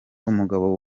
umugabo